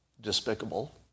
despicable